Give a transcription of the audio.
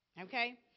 Okay